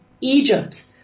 Egypt